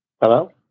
Hello